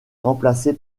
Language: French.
remplacé